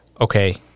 okay